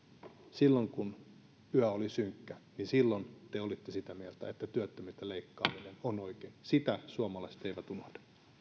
silloin kun yö oli synkkä te olitte sitä mieltä että työttömiltä leikkaaminen on oikein sitä suomalaiset eivät unohda